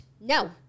No